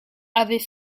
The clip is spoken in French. avait